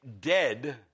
dead